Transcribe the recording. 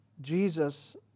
Jesus